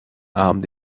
abend